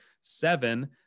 seven